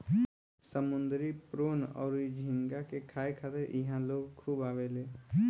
समुंद्री प्रोन अउर झींगा के खाए खातिर इहा लोग खूब आवेले